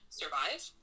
survive